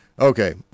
okay